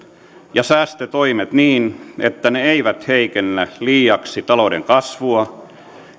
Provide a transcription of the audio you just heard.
ja säästötoimet niin että ne eivät heikennä liiaksi talouden kasvua